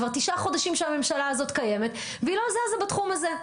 כבר תשעה חודשים שהממשלה הזאת קיימת והיא לא זזה בתחום הזה.